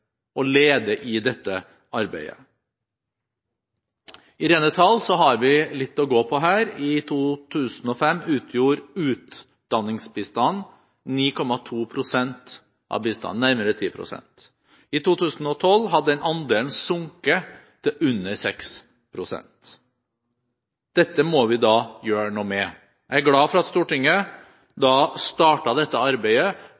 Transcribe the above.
og leder an i dette arbeidet. I rene tall har vi litt å gå på. I 2005 utgjorde utdanningsbistanden 9,2 pst. – nærmere 10 pst. – av bistanden. I 2012 hadde denne andelen sunket til under 6 pst. Dette må vi gjøre noe med. Jeg er glad for at Stortinget startet dette arbeidet